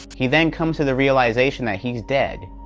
he then come to the realization that he's dead,